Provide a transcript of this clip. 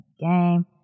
game